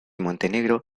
montenegro